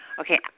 Okay